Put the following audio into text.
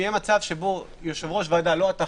אם יהיה מצב שבו יושב-ראש ועדה לא אתה,